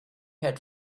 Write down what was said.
had